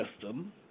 system